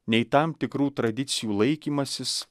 nei tam tikrų tradicijų laikymasis